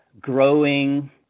growing